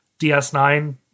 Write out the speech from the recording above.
DS9